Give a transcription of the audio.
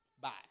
Bye